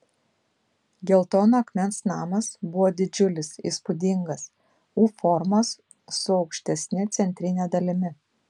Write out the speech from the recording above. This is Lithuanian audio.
geltono akmens namas buvo didžiulis įspūdingas u formos su aukštesne centrine dalimi